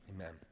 Amen